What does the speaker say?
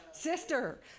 Sister